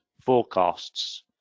forecasts